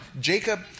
Jacob